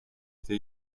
they